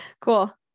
Cool